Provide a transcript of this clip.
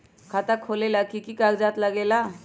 खाता खोलेला कि कि कागज़ात लगेला?